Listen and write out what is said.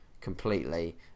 completely